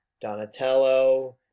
Donatello